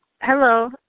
Hello